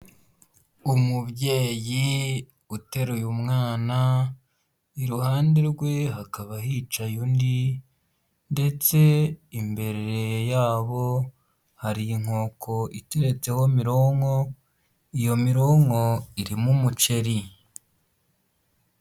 Umubyeyi uteruye umwana iruhande rwe hakaba hicaye undi ndetse imbere yabo hari inkoko iteretseho mironko iyo mironko irimo umuceri.